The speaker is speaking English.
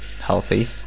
healthy